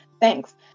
Thanks